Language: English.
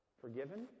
forgiven